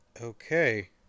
Okay